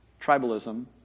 tribalism